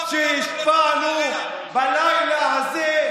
כמו שהשפענו בלילה הזה.